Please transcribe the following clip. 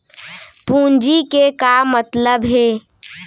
पूंजी के का मतलब हे?